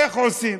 איך עושים: